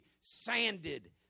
sanded